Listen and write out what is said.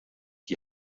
die